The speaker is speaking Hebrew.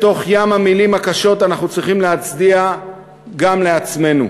בתוך ים המילים הקשות אנחנו צריכים להצדיע גם לעצמנו.